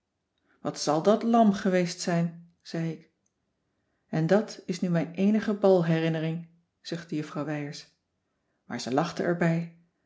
wat zal dat lam geweest zijn zei ik en dat is nu mijn eenige balherinnering zuchtte juffrouw wijers maar ze lachte